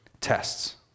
tests